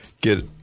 get